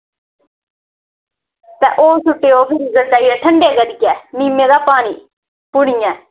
ओह् छिड़केओ ठंडा करियै नीमै दा पानी पुनियै